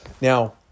Now